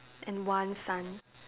and one sun